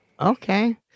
Okay